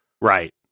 Right